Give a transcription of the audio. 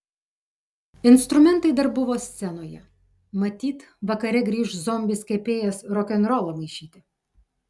instrumentai dar buvo scenoje matyt vakare grįš zombis kepėjas rokenrolo maišyti